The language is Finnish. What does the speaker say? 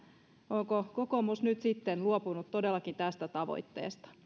onko kokoomus nyt todellakin luopunut tästä tavoitteesta